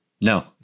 No